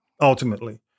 ultimately